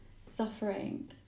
suffering